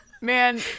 Man